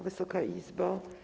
Wysoka Izbo!